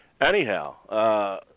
anyhow